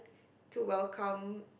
to welcome